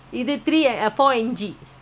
அது:adhu hall